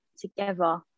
together